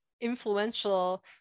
influential